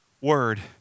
word